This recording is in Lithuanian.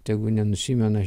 tegu nenusimena